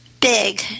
big